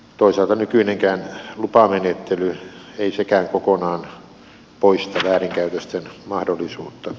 toisaalta nykyinenkään lupamenettely ei kokonaan poista väärinkäytösten mahdollisuutta